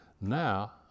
Now